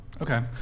Okay